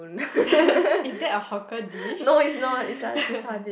is that a hawker dish